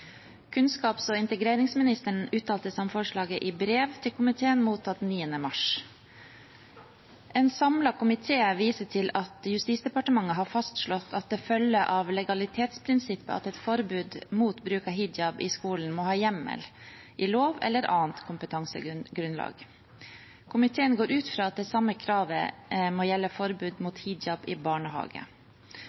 Kunnskaps- og integreringsministeren uttalte seg om forslaget i brev til komiteen mottatt 9. mars. En samlet komité viser til at Justisdepartementet har fastslått at det følger av legalitetsprinsippet at et forbud mot bruk av hijab i skolen må ha hjemmel i lov eller annet kompetansegrunnlag. Komiteen går ut fra at det samme kravet må gjelde for forbud mot hijab i barnehage.